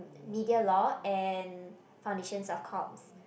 media law and foundations of course